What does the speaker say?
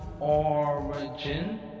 origin